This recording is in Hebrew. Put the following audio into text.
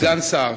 סגן שר.